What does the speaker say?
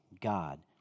God